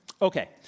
Okay